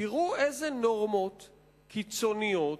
תראו אילו נורמות קיצוניות,